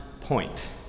point